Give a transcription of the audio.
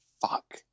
fuck